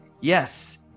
Yes